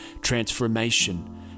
transformation